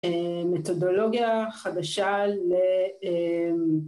מתודולוגיה חדשה ל